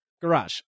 Garage